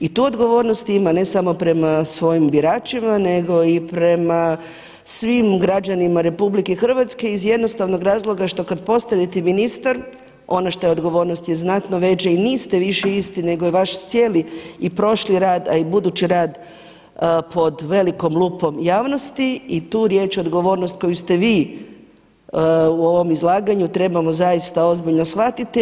I tu odgovornost ima ne samo prema svojim biračima, nego i prema svim građanima Republike Hrvatske iz jednostavnog razloga što kada postanete ministar ono što je odgovornost je znatno veće i niste više isti, nego je vaš cijeli i prošli rad, a i budući rad pod velikom lupom javnosti i tu riječ odgovornost koju ste vi u ovom izlaganju trebamo zaista ozbiljno shvatiti.